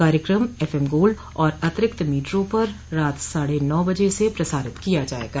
कार्यक्रम F M Gold और अतिरिक्त मीटरों पर रात साढ़े नौ बजे से प्रसारित किया जायेगा